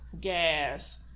gas